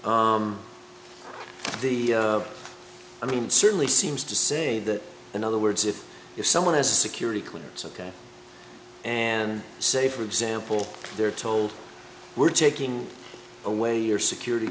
from the i mean certainly seems to say that in other words if someone has a security clearance ok and say for example they're told we're taking away your security